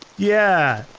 yeah.